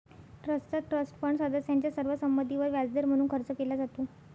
ट्रस्टचा trust fund सदस्यांच्या सर्व संमतीवर व्याजदर म्हणून खर्च केला जातो